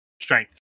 Strength